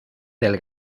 del